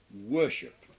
worship